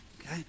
okay